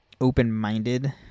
open-minded